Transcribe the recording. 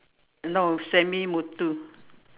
no Sami-Muthu